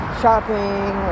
shopping